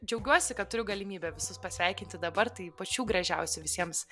džiaugiuosi kad turiu galimybę visus pasveikinti dabar tai pačių gražiausių visiems